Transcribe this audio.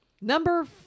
number